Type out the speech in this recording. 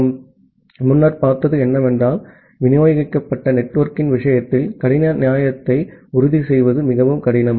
நாம் முன்னர் பார்த்தது என்னவென்றால் விநியோகிக்கப்பட்ட நெட்வொர்க்கின் விஷயத்தில் கடின நியாயத்தை உறுதி செய்வது மிகவும் கடினம்